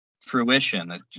fruition